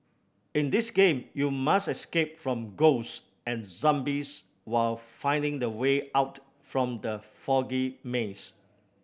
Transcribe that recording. in this game you must escape from ghost and zombies while finding the way out from the foggy maze